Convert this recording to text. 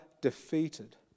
defeated